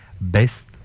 best